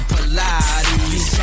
Pilates